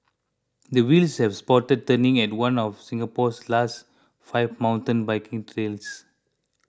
the wheels have stopped turning at one of Singapore's last five mountain biking trails